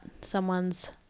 someone's